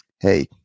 hey